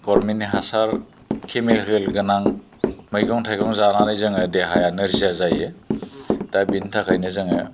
गभार्नमेन्टनि हासार केमिकेल गोनां मैगं थाइगं जानानै जोङो देहाया नोरजिया जायो दा बिनि थाखायनो जोङो